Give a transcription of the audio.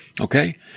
Okay